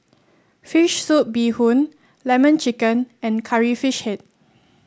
Fish Soup Bee Hoon Lemon Chicken and Curry Fish Head